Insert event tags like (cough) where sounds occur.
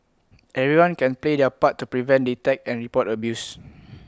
everyone can play their part to prevent detect and report abuse (noise)